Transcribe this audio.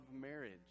marriage